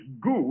good